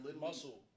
muscle